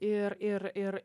ir ir ir